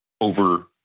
over